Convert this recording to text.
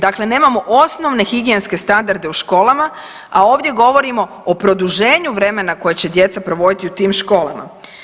Dakle, nemamo osnovne higijenske standarde u školama, a ovdje govorimo o produženju vremena koje će djeca provoditi u tim školama.